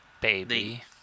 baby